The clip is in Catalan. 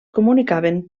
comunicaven